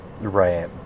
Right